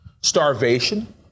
starvation